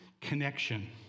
connection